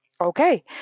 okay